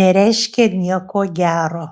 nereiškė nieko gero